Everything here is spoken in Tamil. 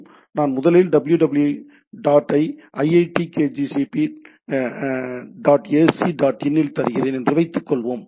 நான் முதலில் www dot I iitkgp dot ac dot in தருகிறேன் என்று வைத்துக்கொள்வோம்